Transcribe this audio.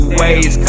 ways